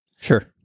Sure